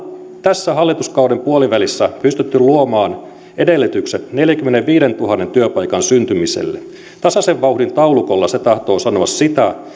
tässä hallituskauden puolivälissä pystyneet luomaan edellytykset neljänkymmenenviidentuhannen työpaikan syntymiselle tasaisen vauhdin taulukolla se tahtoo sanoa sitä